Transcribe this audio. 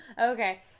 Okay